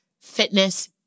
fitness